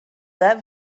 that